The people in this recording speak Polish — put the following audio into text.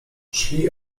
szli